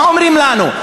מה אומרים לנו?